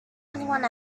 anyone